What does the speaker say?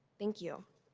thank you.